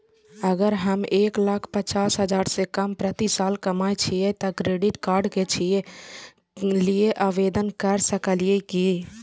अगर हम एक लाख पचास हजार से कम प्रति साल कमाय छियै त क्रेडिट कार्ड के लिये आवेदन कर सकलियै की?